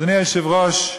אדוני היושב-ראש,